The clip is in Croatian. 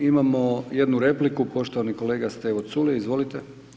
Imamo jednu repliku, poštovani kolega Stevo Culej, izvolite.